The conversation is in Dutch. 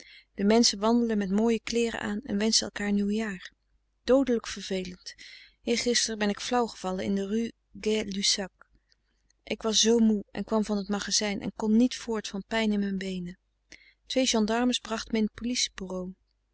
de menschen wandelen met mooie kleeren aan en wenschen elkaar nieuwjaar doodelijk vervelend eergister ben ik flauw gevallen in de rue gay lussac ik was zoo moe en kwam van t magazijn en kon niet voort van pijn in mijn beenen twee gendarmes brachten me in